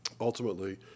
ultimately